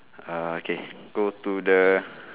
ah okay go to the